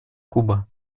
куба